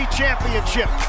championship